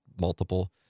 multiple